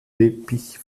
teppich